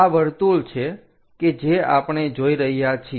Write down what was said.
આ વર્તુળ છે કે જે આપણે જોઈ રહ્યા છીએ